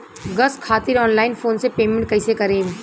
Gas खातिर online phone से payment कैसे करेम?